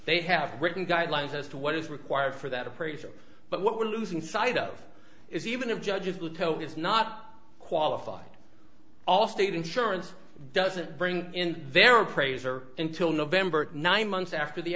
they have written guidelines as to what is required for that appraisal but what we're losing sight of is even of judge alito is not qualified allstate insurance doesn't bring in their appraiser until november nine months after the